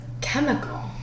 chemical